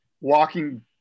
walking